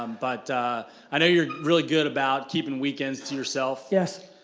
um but i know you're really good about keeping weekends to yourself. yes.